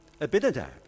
Abinadab